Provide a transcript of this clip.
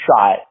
shot